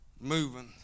moving